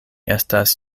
estas